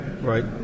right